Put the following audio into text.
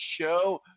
show